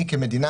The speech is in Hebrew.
אני כמדינה,